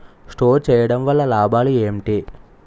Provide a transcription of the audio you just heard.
Store చేయడం వల్ల లాభాలు ఏంటి?